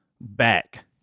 back